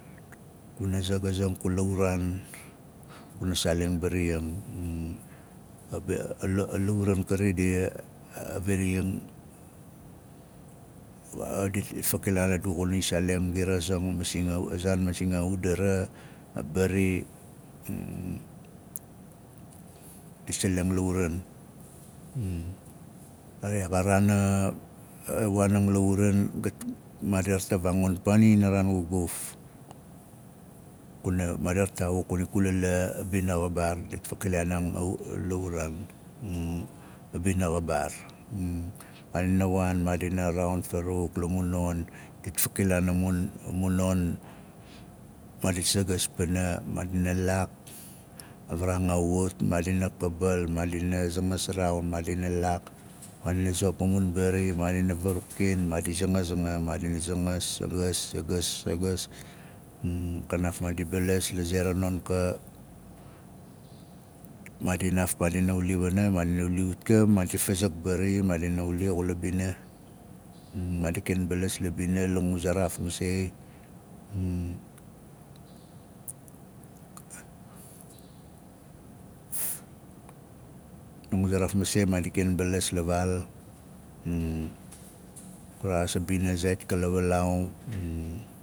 Kula zagazang kula araan kuna saaleng mbari ang a be- ala- a a lauran kari dit firing a- a dit fakilaan adu xuna i saaleng firazing a zaan masing a udara a bari dit saleng la uran a re a raan a- a iwaan ing la uran gat maadit tavaangun paaninaraan gufguf kuna maadir taawut kula bina xabaar dit fakilaan aan a- u la uraan a bina xabaar maadina waan maadina waan raaun farawuk la mun non dit fakilaan a mun a mun non maadit sagas pan. Maadi laak a varaanga a wut maadina kabal maadina at sangas raaun maadinga laak maadina xop a mun mbari maadina varakin maadi zangas anga maadina zangas sangas sangas sangas kanaaf maadina balas la ze ra non ka maadi naaf maad iken mbalas la bing la nduzaraaf masei la nguzaraaf maei maadi ken mbalas la vaal gu rexaas a bina zaait ka lawalaau